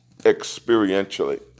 experientially